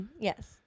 Yes